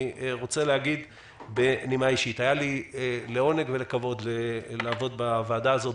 אני רוצה להגיד בנימה אישית: היה לי לעונג ולכבוד לעבוד בוועדה הזאת.